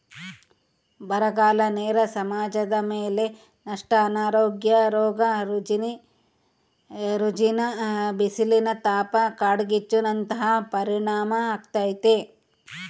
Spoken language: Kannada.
ಬರಗಾಲ ನೇರ ಸಮಾಜದಮೇಲೆ ನಷ್ಟ ಅನಾರೋಗ್ಯ ರೋಗ ರುಜಿನ ಬಿಸಿಲಿನತಾಪ ಕಾಡ್ಗಿಚ್ಚು ನಂತಹ ಪರಿಣಾಮಾಗ್ತತೆ